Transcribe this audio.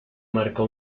marcó